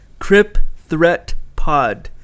cripthreatpod